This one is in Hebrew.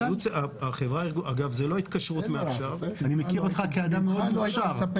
אני מכיר אותך כאדם מאוד מוכשר.